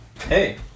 Hey